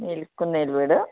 മേൽക്കുന്നേൽ വീട്